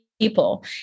people